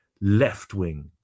left-wing